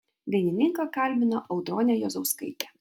dainininką kalbina audronė juozauskaitė